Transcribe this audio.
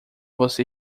você